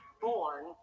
born